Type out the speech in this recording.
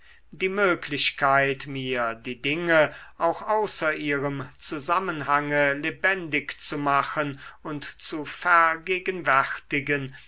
die möglichkeit mir die dinge auch außer ihrem zusammenhange lebendig zu machen und zu vergegenwärtigen